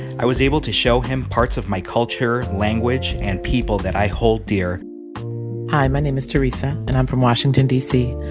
i was able to show him parts of my culture, language and people that i hold dear hi, my name is theresa. and i'm from washington, d c.